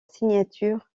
signature